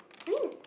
I mean